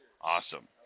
Awesome